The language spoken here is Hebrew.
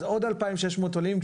אז זה ייתן לעוד 2600 עולים.